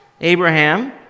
Abraham